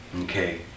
okay